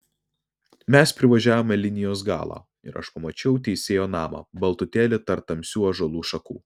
mes privažiavome linijos galą ir aš pamačiau teisėjo namą baltutėlį tarp tamsių ąžuolų šakų